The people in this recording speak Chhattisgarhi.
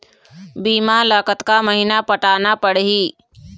बीमा ला कतका महीना पटाना पड़ही?